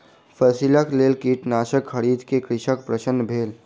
फसिलक लेल कीटनाशक खरीद क कृषक प्रसन्न भेल